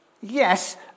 Yes